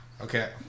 okay